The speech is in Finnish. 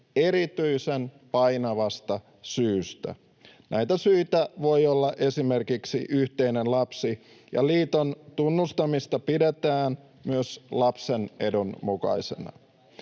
erityisen painavasta syystä. Näitä syitä voi olla esimerkiksi yhteinen lapsi, ja liiton tunnustamista pidetään myös lapsen edun mukaisena.